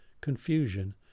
confusion